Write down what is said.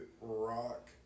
rock